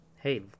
hey